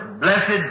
blessed